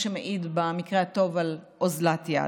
מה שמעיד על אוזלת יד,